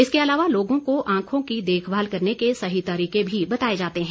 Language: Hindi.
इसके अलावा लोगों को आंखों की देखभाल करने के सही तरीके भी बताए जाते हैं